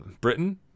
Britain